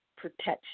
Protection